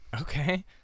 Okay